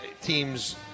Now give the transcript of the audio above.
teams